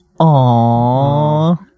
Aww